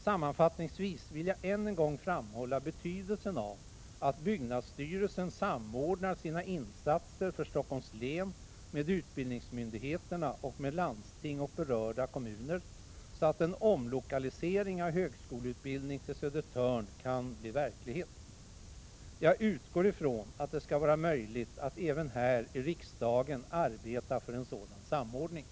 Sammanfattningsvis vill jag än en gång framhålla betydelsen av att byggnadsstyrelsen samordnar sina insatser för Stockholms län med utbildningsmyndigheterna och med landsting och berörda kommuner, så att en omlokalisering av högskoleutbildning till Södertörn kan bli verklighet. Jag utgår ifrån att det skall vara möjligt att även här i riksdagen arbeta för en sådan samordning.